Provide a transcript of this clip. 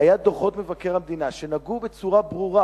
היו דוחות מבקר המדינה שנגעו בצורה ברורה